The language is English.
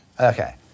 Okay